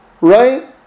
Right